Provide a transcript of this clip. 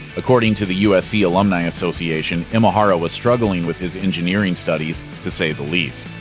according to the usc alumni association, imahara was struggling with his engineering studies to say the least.